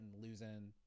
losing